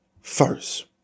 first